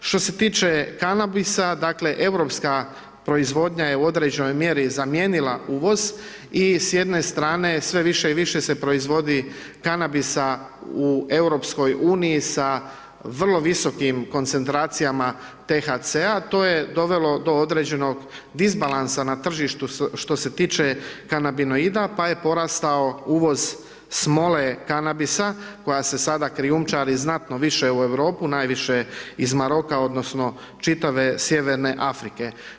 Što se tiče kanabisa, dakle, europska proizvodnja je u određenoj mjeri zamijenila uvoz i s jedne strane sve više i više se proizvodi kanabisa u EU sa vrlo visokim koncentracijama THC-a, to je dovelo do određenog disbalansa na tržištu što se tiče kanabionida, pa je porastao uvoz smole kanabisa koja se sada krijumčari znatno više u Europu, najviše iz Maroka odnosno čitave sjeverne Afrike.